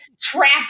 trap